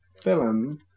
film